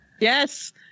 yes